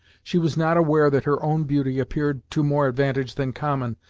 she was not aware that her own beauty appeared to more advantage than common,